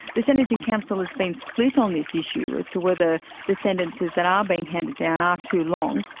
the sentencing council has been split on this issue as to whether the sentences that are being handed down are too long,